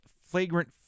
flagrant